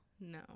no